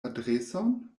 adreson